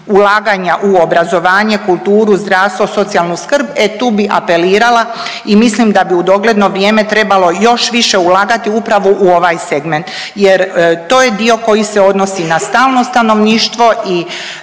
ulaganja u obrazovanje, kulturu, zdravstvo, socijalnu skrb, e tu bi apelirala i mislim da bi u dogledno vrijeme trebalo još više ulagati upravo u ovaj segment jer to je dio koji se odnosi na stalno stanovništvo i